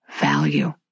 value